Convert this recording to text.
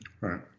Right